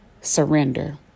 surrender